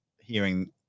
Hearing